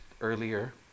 earlier